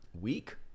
Week